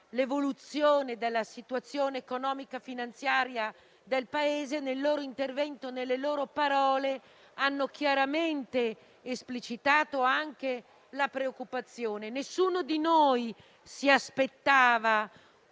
l'evoluzione della situazione economico-finanziaria del Paese, nel proprio intervento hanno chiaramente esplicitato anche la preoccupazione. Nessuno di noi si aspettava